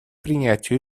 принятию